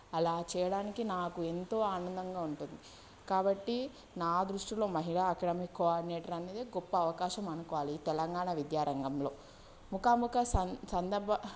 అలా చేయడానికి నాకు ఎంతో ఆనందంగా ఉంటుంది కాబట్టి నా దృష్టిలో మహిళా అకాడమీ కోఆర్డినేటర్ అనేది గొప్ప అవకాశం అనుకోవాలి ఈ తెలంగాణ విద్యారంగంలో ముఖాముఖా సం సందర్భ